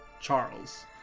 Charles